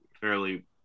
fairly